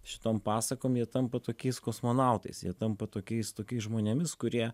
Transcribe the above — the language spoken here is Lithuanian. šitom pasakom jie tampa tokiais kosmonautais jie tampa tokiais tokiais žmonėmis kurie